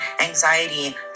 anxiety